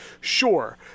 Sure